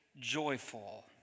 joyful